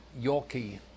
Yorkie